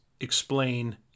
explain